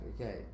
okay